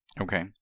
Okay